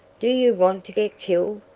do you want to get killed?